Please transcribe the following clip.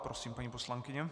Prosím, paní poslankyně.